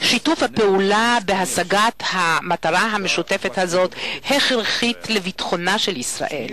שיתוף הפעולה בהשגת המטרה המשותפת הכרחי לביטחונה של ישראל.